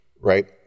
right